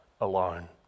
alone